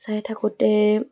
চাই থাকোঁতে